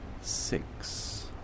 six